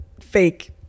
fake